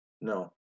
No